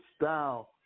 style